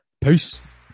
peace